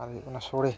ᱚᱱᱟ ᱥᱳᱲᱮ